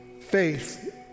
faith